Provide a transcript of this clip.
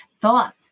thoughts